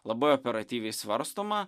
labai operatyviai svarstoma